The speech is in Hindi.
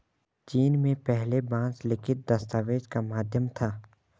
चीन में पहले बांस लिखित दस्तावेज का माध्यम था